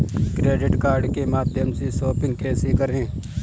Credit card के माध्यम से शॉपिंग कैसे करें?